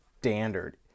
standard